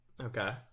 Okay